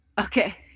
Okay